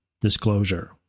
disclosure